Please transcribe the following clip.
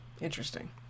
Interesting